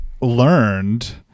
learned